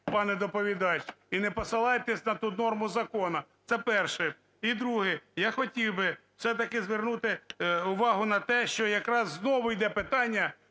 пане доповідач, і не посилайтесь на ту норму закону – це перше. І друге, я хотів би все-таки звернути увагу на те, що якраз знову іде питання